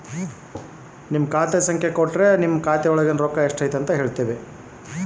ನನ್ನ ಖಾತೆಯಾಗಿನ ರೊಕ್ಕ ಎಷ್ಟು ಅದಾ ಅಂತಾ ಹೇಳುತ್ತೇರಾ?